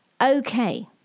Okay